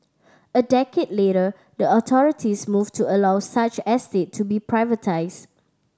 a decade later the authorities moved to allow such estate to be privatised